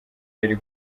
yari